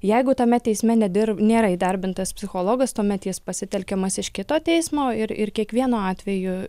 jeigu tame teisme nedir nėra įdarbintas psichologas tuomet jis pasitelkiamas iš kito teismo ir kiekvienu atveju